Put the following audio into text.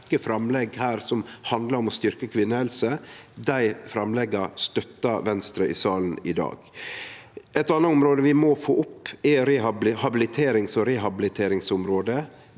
ei rekkje framlegg her som handlar om å styrkje kvinnehelse. Dei framlegga støttar Venstre i salen i dag. Eit anna område vi må få opp, er habiliterings- og rehabiliteringsområdet,